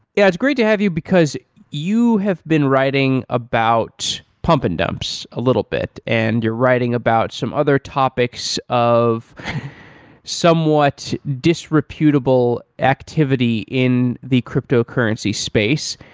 yeah it's great to have you, because you have been writing about pump and dumps a little bit and you're writing about some other topics of somewhat disreputable activity in the cryptocurrency space.